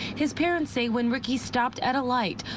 his parents say when ricky stopped at a light,